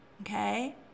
Okay